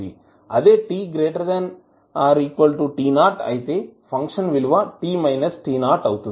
అదే t t 0 అయితే function విలువ t t 0 అవుతుంది